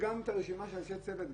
גם את הרשימה של אנשי הצוות,